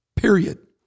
period